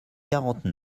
quarante